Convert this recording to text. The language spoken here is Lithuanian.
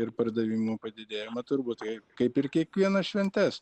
ir pardavimų padidėjimą turbūt kaip kaip ir kiekvienas šventes